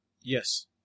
Yes